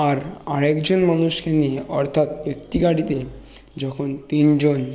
আর আরেকজন মানুষকে নিয়ে অর্থাৎ একটি গাড়িতে যখন তিন জন